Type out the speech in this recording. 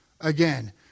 again